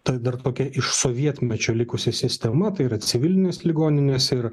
tai dar tokia iš sovietmečio likusi sistema tai yra civilinės ligoninės ir